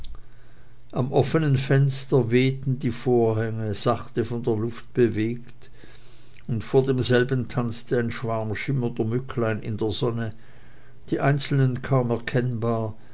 am offenen fenster wehten die vorhänge sachte von der luft bewegt und vor demselben tanzte ein schwarm schimmernder mücklein in der sonne die einzelnen kaum